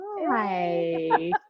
Hi